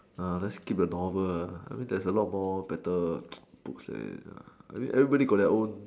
let's keep a novel I mean there's a lot more better books everybody got their own